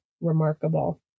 remarkable